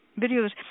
videos